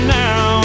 now